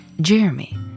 Jeremy